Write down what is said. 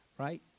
right